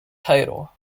title